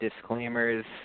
disclaimers